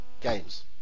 Games